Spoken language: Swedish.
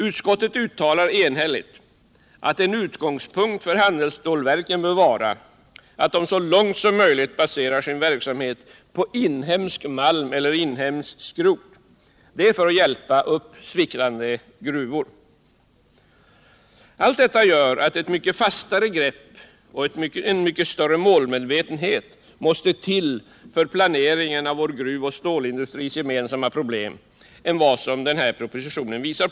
Utskottet uttalar enhälligt att en utgångspunkt för handelsstålverken bör vara att så långt som möjligt basera sin verksamhet på inhemsk malm och inhemskt skrot, detta för att hjälpa upp sviktande gruvor. Allt detta gör att ett mycket fastare grepp och en mycket större målmedvetenhet måste till för planering av vår gruvoch stålindustris gemensamma problem än vad den här propositionen visar.